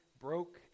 broke